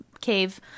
cave